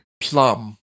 Plum